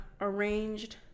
arranged